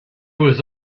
was